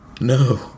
no